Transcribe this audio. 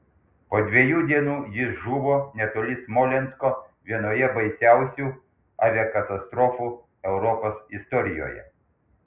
po dviejų dienų jis žuvo netoli smolensko vienoje baisiausių aviakatastrofų europos istorijoje